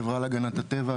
החברה להגנת הטבע,